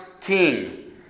king